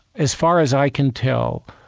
as far as i can tell,